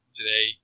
Today